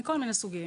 מכול מיני סוגים